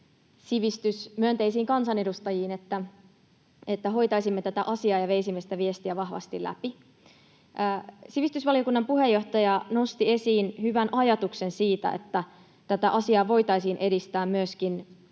sivistysmyönteisiin kansanedustajiin, että hoitaisimme tätä asiaa ja veisimme sitä viestiä vahvasti läpi. Sivistysvaliokunnan puheenjohtaja nosti esiin hyvän ajatuksen siitä, että tätä asiaa voitaisiin edistää myöskin